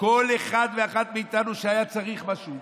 כל אחד ואחת מאיתנו שהיה צריך משהו.